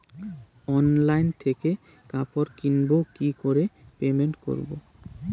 Online থেকে কাপড় কিনবো কি করে পেমেন্ট করবো?